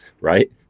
right